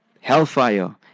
hellfire